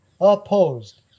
opposed